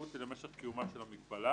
הזכאות היא למשך קיומה של המגבלה.